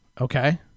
okay